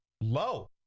Low